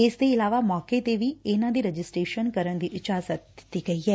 ਇਸ ਦੇ ਇਲਾਵਾ ਮੌਕੇ ਤੇ ਵੀ ਇਨੂਾਂ ਦੀ ਰਜਿਸਟਰੇਸ਼ਨ ਕਰਨ ਦੀ ਇਜਾਜ਼ਤ ਦਿੱਤੀ ਗਈ ਐ